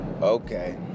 Okay